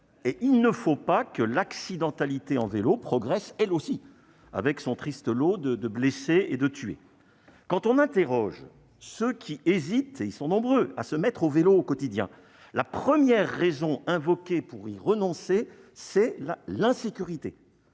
pas pour autant que l'accidentalité à vélo progresse elle aussi, avec son triste lot de blessés et de tués. Quand on interroge ceux qui hésitent- ils sont nombreux -à se mettre au vélo au quotidien, la première raison qu'ils invoquent pour y renoncer, c'est l'insécurité.